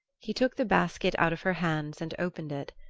he took the basket out of her hands and opened it.